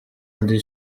ndi